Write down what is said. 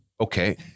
okay